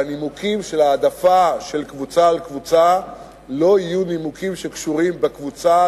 והנימוקים של העדפה של קבוצה על קבוצה לא יהיו נימוקים שקשורים בקבוצה,